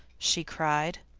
she cried.